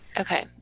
okay